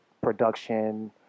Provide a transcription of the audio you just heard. production